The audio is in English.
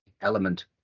element